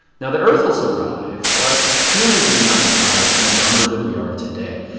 now the earth will survive, but humans may not survive in the numbers that we are today.